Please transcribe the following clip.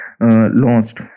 launched